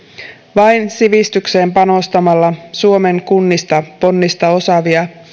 vain sivistykseen panostamalla suomen kunnista ponnistaa osaavia